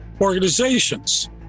organizations